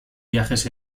viajes